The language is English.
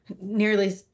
nearly